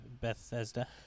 Bethesda